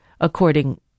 according